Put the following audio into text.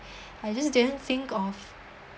I just didn't think of